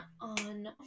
on